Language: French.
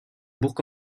bourg